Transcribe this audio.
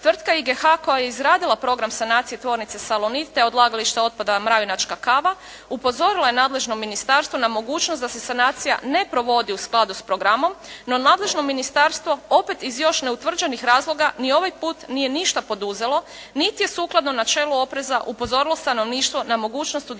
tvrtka IGH koja je izradila program sanacije tvornice Salonit te odlagalište otpada Mravinačka kava, upozorila je nadležno ministarstvo na mogućnost da se sanacija ne provodi u skladu s programom, no nadležno ministarstvo opet iz još neutvrđenih razloga ni ovaj put nije ništa poduzelo, niti je sukladno načelu opreza upozorilo stanovništvo na mogućnost